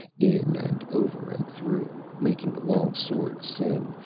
in and over and through, making the long sword sing.